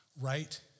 right